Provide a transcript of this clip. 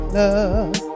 love